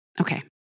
Okay